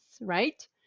right